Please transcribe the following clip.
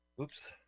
Oops